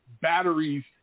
batteries